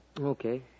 Okay